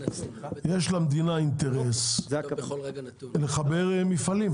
יש למדינה אינטרס לחבר מפעלים.